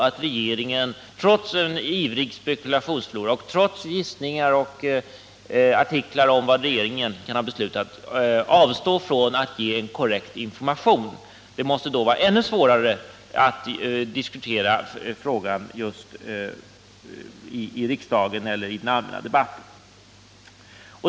Om regeringen trots en ivrig spekulationsflora, gissningar och artiklar om vad regeringen egentligen kan ha kommit fram till avstod från att ge en korrekt information, skulle det bli ännu svårare att diskutera sådana frågor i riksdagen eller i den allmänna debatten.